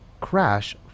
Crash